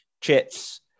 chips